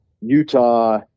Utah –